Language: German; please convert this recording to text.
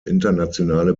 internationale